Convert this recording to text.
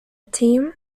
team